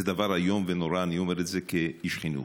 זה דבר איום ונורא, ואני אומר את זה כאיש חינוך.